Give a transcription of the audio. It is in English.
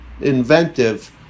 inventive